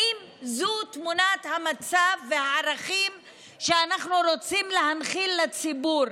האם זו תמונת המצב והערכים שאנחנו רוצים להנחיל לציבור,